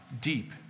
deep